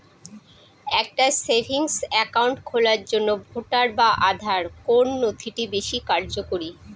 একটা savings account খোলার জন্য ভোটার বা আধার কোন নথিটি বেশী কার্যকরী?